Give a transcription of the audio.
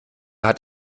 hat